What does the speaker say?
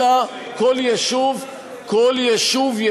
אלא כל יישוב יקבל,